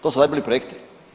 To su najbolji projekti?